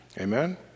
Amen